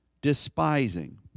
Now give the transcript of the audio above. despising